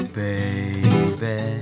baby